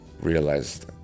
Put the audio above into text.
realized